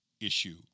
issue